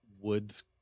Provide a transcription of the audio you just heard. woods